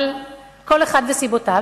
אבל כל אחד וסיבותיו.